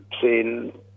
seen